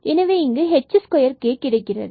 எனவே இங்கு h2k கிடைக்கிறது